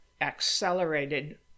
accelerated